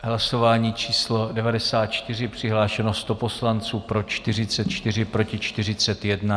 Hlasování číslo 94, přihlášeno 100 poslanců, pro 44, proti 41.